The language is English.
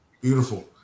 Beautiful